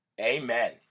Amen